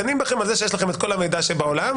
שיש לכם כל המידע שבעולם,